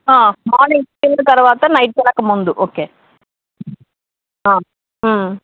morning తినిన తర్వాత night తినక ముందు ఓకే